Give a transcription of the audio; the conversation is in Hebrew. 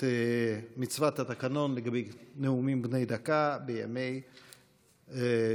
מצוות התקנון לגבי נאומים בני דקה בימי שלישי.